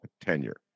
tenure